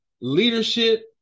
leadership